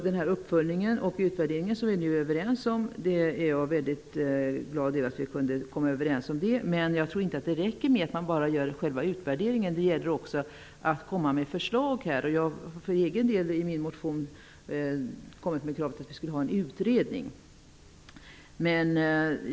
Den uppföljning och utvärdering som vi nu är överens om är jag mycket glad över, men jag tror inte att det räcker med en utvärdering, utan det gäller också att lägga fram förslag. Jag har för egen del i en motion framfört krav på en utredning.